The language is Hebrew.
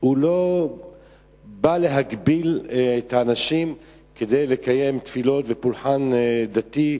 הוא לא בא להגביל את האנשים כדי לקיים תפילות ופולחן דתי,